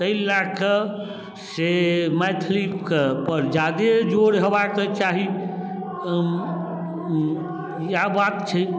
ताहि लऽ कऽ मैथिलीके पर जादे जोर होयबाक चाही इएह बात छै